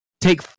take